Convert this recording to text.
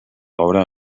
obra